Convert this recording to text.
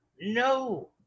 no